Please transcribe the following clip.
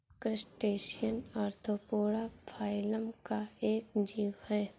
crustacean arthropoda phylum का एक जीव है